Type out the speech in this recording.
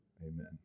Amen